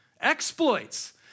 exploits